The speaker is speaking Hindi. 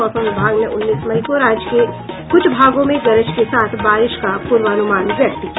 मौसम विभाग ने उन्नीस मई को राज्य के कुछ भागों में गरज के साथ बारिश का पूर्वानुमान व्यक्त किया